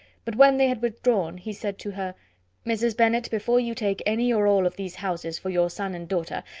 but when they had withdrawn, he said to her mrs. bennet, before you take any or all of these houses for your son and daughter,